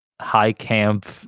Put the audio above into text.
high-camp